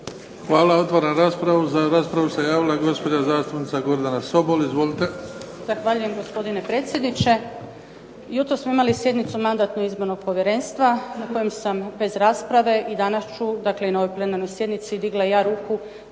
Hvala. Otvaram raspravu. Za raspravu se javila gospođa zastupnica Gordana Sobol. Izvolite. **Sobol, Gordana (SDP)** Zahvaljujem, gospodine predsjedniče. Jutros smo imali sjednicu Mandatno-imunitetnog povjerenstva na kojem sam bez rasprave i danas ću, dakle i na ovoj plenarnoj sjednici, digla i ja ruku